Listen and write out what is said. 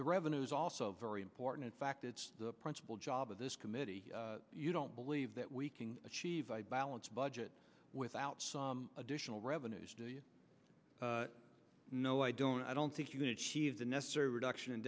the revenues also very important in fact it's the principle job of this committee you don't believe that we can achieve a balanced budget without some additional revenues no i don't i don't think you can achieve the necessary reduction